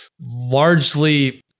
largely